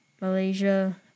Malaysia